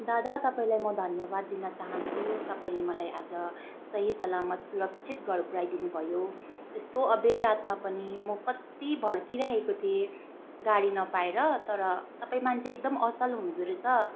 दादा तपाईँलाई म धन्यवाद दिन चाहन्छु तपाईँले मलाई आज सही सलामत सुरक्षित घर पुऱ्याइदिनु भयो यस्तो अबेर रातमा पनि म कत्ति भड्किरहेको थिएँ गाडी नपाएर तर तपाईँ मान्छे एकदम असल हुनुहुँदो रहेछ